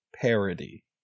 parody